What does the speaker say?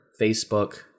Facebook